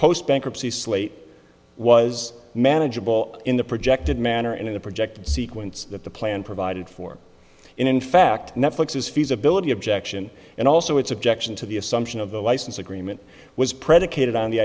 post bankruptcy slate was manageable in the projected manner and in the projected sequence that the plan provided for in fact netflix's feasibility objection and also its objection to the assumption of the license agreement was predicated on the